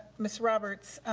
miss roberts.